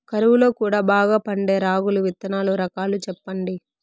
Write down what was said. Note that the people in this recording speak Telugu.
కరువు లో కూడా బాగా పండే రాగులు విత్తనాలు రకాలు చెప్పండి?